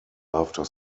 after